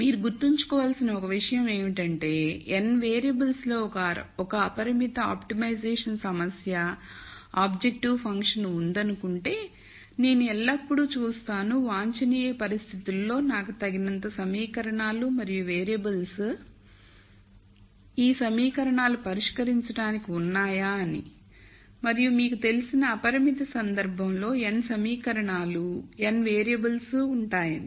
మీరు గుర్తుంచుకోవలసిన ఒక విషయం ఏమిటంటే n వేరియబుల్స్లో ఒక అపరిమిత ఆప్టిమైజేషన్ సమస్య ఆబ్జెక్టివ్ ఫంక్షన్ ఉందనుకుంటే నేను ఎల్లప్పుడూ చూస్తాను వాంఛనీయ పరిస్థితులలో నాకు తగినంత సమీకరణాలు మరియు వేరియబుల్స్ ఈ సమీకరణాలు పరిష్కరించడానికి ఉన్నాయా అని మరియు మీకు తెలుసు అపరిమిత సందర్భంలో n సమీకరణాలు n వేరియబుల్ ఉంటాయని